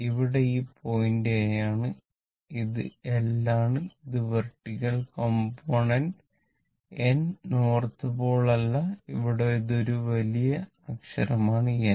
ഇവിടെ ഈ point A ആണ് ഇത് എൽ ആണ് ഇത് vertical component N north pole അല്ല ഇവിടെ ഇത് ഒരു വലിയ അക്ഷരമാണ് എൻ